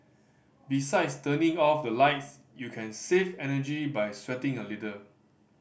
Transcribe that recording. besides turning off the lights you can save energy by sweating a little